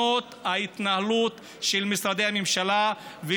ההתנהלות של משרדי הממשלה צריכה להשתנות,